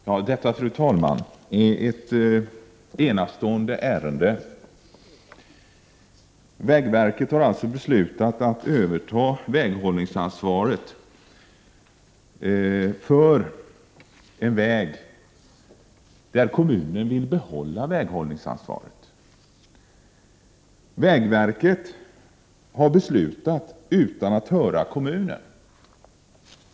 Fru talman! Detta är ett enastående ärende. Vägverket har alltså beslutat att överta väghållningsansvaret för en väg där kommunen vill behålla väghållningsansvaret. Vägverket har beslutat utan att höra kommunen.